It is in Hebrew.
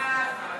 חבר